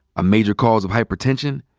a major cause of hypertension,